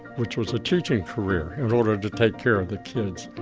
which was a teaching career in order to take care of the kids,